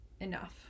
enough